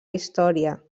història